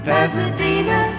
Pasadena